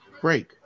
break